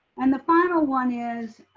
and the final one is,